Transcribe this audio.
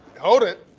hold it.